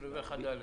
תיקון סעיף 21ד?